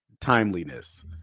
timeliness